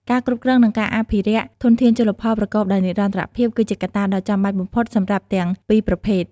ការគ្រប់គ្រង និងការអភិរក្សធនធានជលផលប្រកបដោយនិរន្តរភាព គឺជាកត្តាដ៏ចាំបាច់បំផុតសម្រាប់ទាំងពីរប្រភេទ។